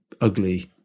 ugly